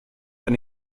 eine